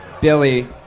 Billy